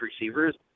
receivers